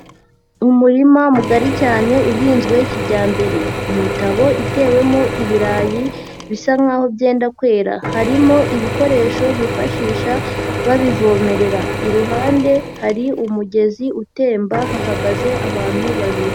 Umurima mugari cyane uhinzwe kijyambere. Imitabo itewemo ibirayi, bisa nk'aho byenda kwera, harimo ibikoresho bifashisha babivomerera. Iruhande hari umugezi utemba, hahagaze abantu babiri.